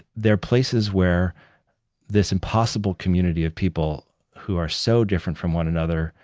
there are places where this impossible community of people who are so different from one another,